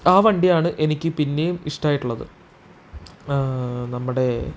ആ വണ്ടിയാണ് എനിക്ക് പിന്നെയും ഇഷ്ടമായിട്ടുള്ളത് നമ്മുടെ